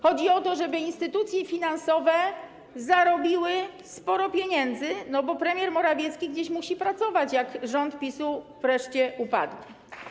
Chodzi o to, żeby instytucje finansowe zarobiły sporo pieniędzy, bo premier Morawiecki gdzieś musi pracować, jak rząd PiS-u wreszcie upadnie.